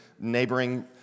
neighboring